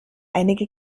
einige